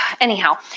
anyhow